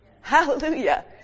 Hallelujah